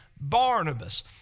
Barnabas